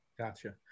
gotcha